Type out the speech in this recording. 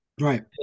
Right